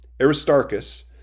Aristarchus